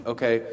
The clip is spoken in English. Okay